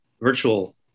virtual